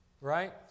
Right